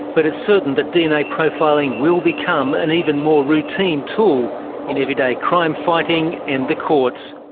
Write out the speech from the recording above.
but it's certain that dna profiling will become an even more routine tool in everyday crime fighting and the courts.